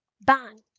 Bang